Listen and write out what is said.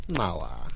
mała